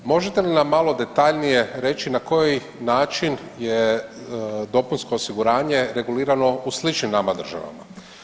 Možete li nam malo detaljnije reći na koji način je dopunsko osiguranje regulirano u sličnim nama državama.